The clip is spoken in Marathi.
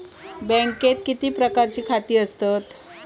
बँकेत किती प्रकारची खाती आसतात?